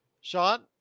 Sean